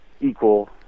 equal